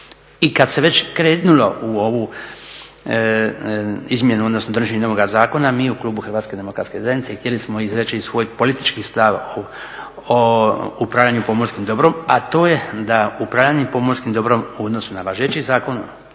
I kad se već krenulo u ovu izmjenu, odnosno donošenje novoga zakona mi u klubu HDZ-a htjeli smo izreći i svoj politički stav o upravljanju pomorskim dobrom, a to je da upravljanje pomorskim dobrom u odnosu na važeći zakon